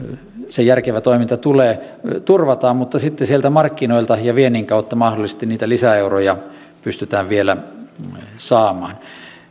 se järkevä toiminta tulee turvataan mutta sitten sieltä markkinoilta ja viennin kautta mahdollisesti niitä lisäeuroja pystytään vielä saamaan